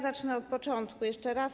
Zacznę od początku, jeszcze raz.